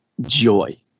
joy